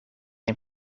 een